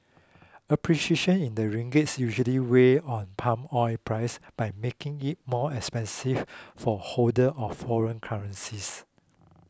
appreciation in the ringgit usually weighs on palm oil prices by making it more expensive for holders of foreign currencies